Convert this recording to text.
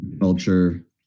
culture